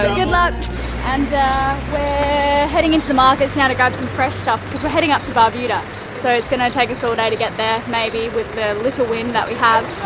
good luck we're and heading into the markets now to grab some fresh stuff because we're heading up to barbuda so it's going to take us ah yeah to get there maybe with the little wing that we have